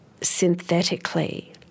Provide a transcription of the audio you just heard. synthetically